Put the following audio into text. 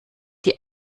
die